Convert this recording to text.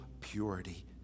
purity